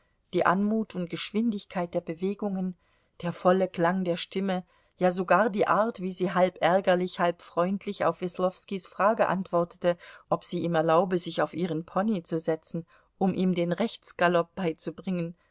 die anmut und geschwindigkeit der bewegungen der volle klang der stimme ja sogar die art wie sie halb ärgerlich halb freundlich auf weslowskis frage antwortete ob sie ihm erlaube sich auf ihren pony zu setzen um ihm den rechtsgalopp beizubringen